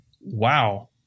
Wow